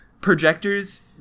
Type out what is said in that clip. projectors